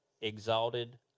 exalted